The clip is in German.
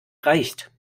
reicht